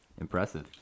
Impressive